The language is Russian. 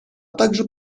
также